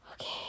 Okay